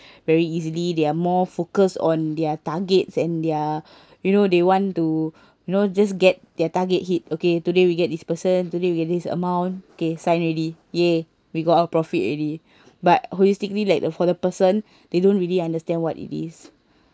very easily they're more focus on their targets and their you know they want to you know just get their target hit okay today we get this person today we get this amount kay sign already !yay! we got our profit already but holistically like for the person they don't really understand what it is